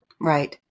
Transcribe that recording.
Right